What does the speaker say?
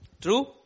true